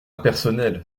impersonnelle